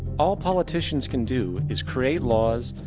all politicians can do is create laws,